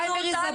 אם לצה"ל ולמג"ב,